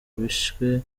bishwe